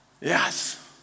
Yes